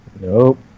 Nope